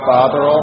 Father